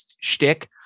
shtick